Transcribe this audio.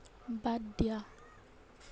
বাদ দিয়া